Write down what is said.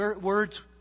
words